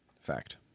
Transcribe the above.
Fact